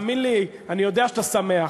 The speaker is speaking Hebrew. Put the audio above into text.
תאמין לי, אני יודע שאתה שמח.